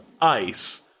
Ice